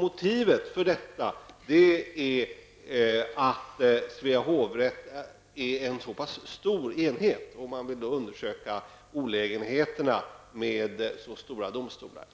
Motivet för detta är att Svea hovrätt är en så stor enhet och att man vill undersöka vilka olägenheter som är förenade med så stora domstolar.